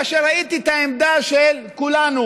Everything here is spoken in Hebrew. כאשר ראיתי את העמדה של כולנו,